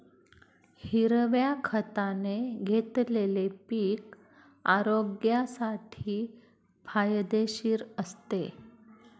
हिरव्या खताने घेतलेले पीक आरोग्यासाठी फायदेशीर असते